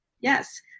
Yes